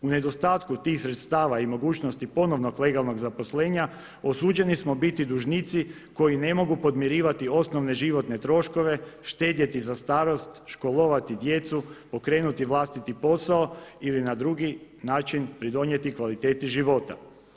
U nedostatku tih sredstava i mogućnosti ponovnog legalnog zaposlenja, osuđeni smo biti dužnici koji ne mogu podmirivati osnovne životne troškove, štedjeti za starost, školovati djecu, pokrenuti vlastiti posao ili na drugi način pridonijeti kvaliteti života.